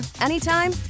anytime